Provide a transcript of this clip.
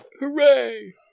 Hooray